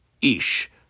Ish